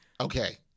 Okay